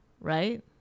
right